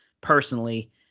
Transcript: personally